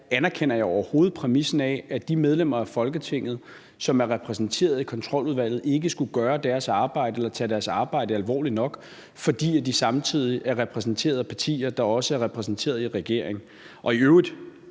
anerkender overhovedet heller ikke præmissen om, at de medlemmer af Folketinget, som sidder i Kontroludvalget, ikke skulle gøre deres arbejde eller tage deres arbejde alvorligt nok, fordi de samtidig er repræsentanter for partier, der også er repræsenteret i regeringen. I øvrigt